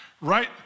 right